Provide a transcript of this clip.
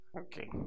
Okay